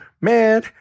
man